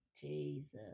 Jesus